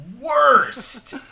worst